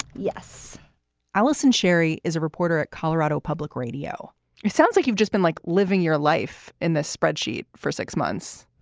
yes alison sheri is a reporter at colorado public radio sounds like you've just been like living your life in the spreadsheet for six months